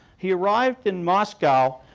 he arrived in moscow,